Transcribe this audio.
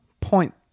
point